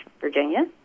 Virginia